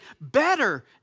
better